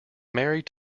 married